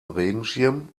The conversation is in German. regenschirm